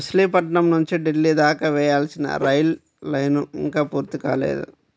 మచిలీపట్నం నుంచి ఢిల్లీ దాకా వేయాల్సిన రైలు లైను ఇంకా పూర్తి కాలేదు